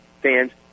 fans